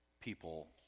people